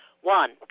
One